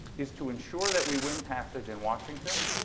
is to ensure that we win passage in washington